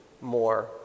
more